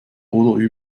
oder